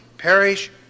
perish